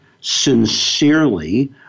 sincerely